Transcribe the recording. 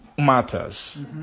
matters